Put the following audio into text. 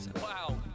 wow